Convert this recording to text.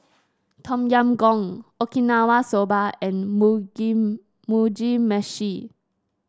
Tom Yam Goong Okinawa Soba and Mugi Meshi